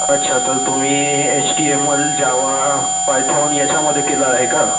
अच्छा तर तुम्ही H T M L Java Python ह्याच्यामध्ये केलं आहे का